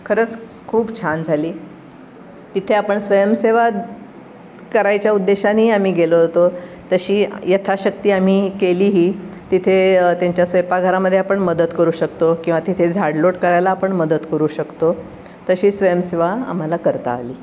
खरंच खूप छान झाली तिथे आपण स्वयंसेवा करायच्या उद्देशानेही आम्ही गेलो होतो तशी यथाशक्ती आम्ही केलीही तिथे त्यांच्या स्वयंपाकघरामध्ये आपण मदत करू शकतो किंवा तिथे झाडलोट करायला आपण मदत करू शकतो तशी स्वयंसेवा आम्हाला करता आली